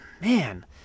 man